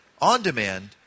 on-demand